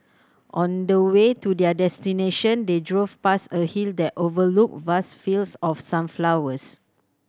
on the way to their destination they drove past a hill that overlooked vast fields of sunflowers